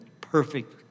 perfect